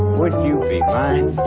would you be mine?